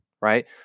right